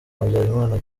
habyarimana